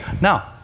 Now